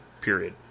period